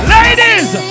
Ladies